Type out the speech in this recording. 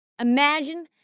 Imagine